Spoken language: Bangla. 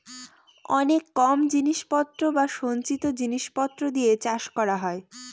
অনেক কম জিনিস পত্র বা সঞ্চিত জিনিস পত্র দিয়ে চাষ করা হয়